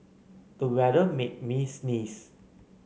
the weather made me sneeze